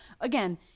Again